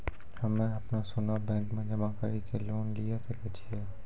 हम्मय अपनो सोना बैंक मे जमा कड़ी के लोन लिये सकय छियै?